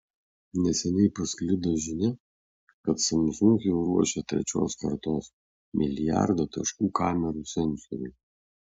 neseniai pasklido žinia kad samsung jau ruošia trečios kartos milijardo taškų kamerų sensorių